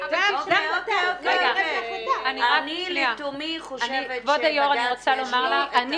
אני לא לתומי חושבת שלבג"ץ יש את --- כבוד היושבת-ראש,